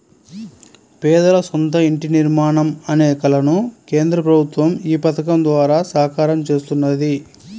పేదల సొంత ఇంటి నిర్మాణం అనే కలను కేంద్ర ప్రభుత్వం ఈ పథకం ద్వారా సాకారం చేస్తున్నది